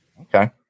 okay